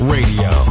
Radio